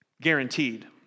guaranteed